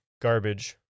garbage